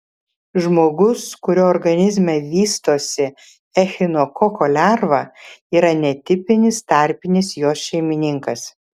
žmogus kurio organizme vystosi echinokoko lerva yra netipinis tarpinis jos šeimininkas